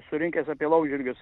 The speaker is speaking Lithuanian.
surinkęs apie laumžirgius